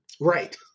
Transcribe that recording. right